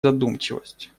задумчивость